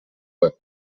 web